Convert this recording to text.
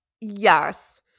Yes